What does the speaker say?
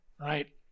Right